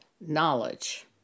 knowledge